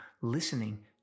listening